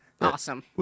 awesome